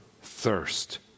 thirst